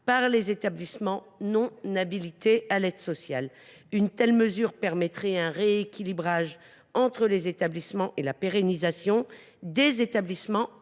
par les établissements non habilités à l’aide sociale. Une telle mesure permettrait de procéder à un rééquilibrage entre établissements et d’assurer la pérennisation des établissements